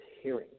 hearing